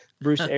bruce